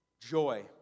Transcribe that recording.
Joy